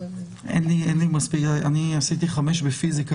אני עשיתי חמש יחידות בפיסיקה,